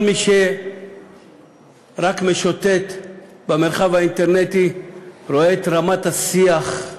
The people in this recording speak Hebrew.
כל מי שרק משוטט במרחב האינטרנטי רואה את רמת השיח,